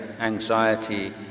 anxiety